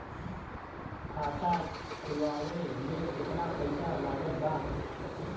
खाता खुलावे म केतना पईसा लागत बा?